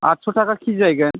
आथस' टाखा के जि जाहैगोन